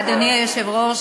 אדוני היושב-ראש,